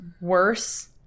worse